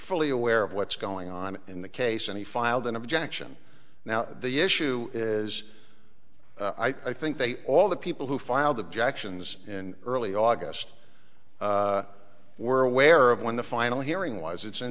fully aware of what's going on in the case and he filed an objection now the issue is i think they all the people who filed objections in early august were aware of when the final hearing wise it's in